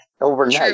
overnight